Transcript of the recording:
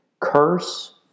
Curse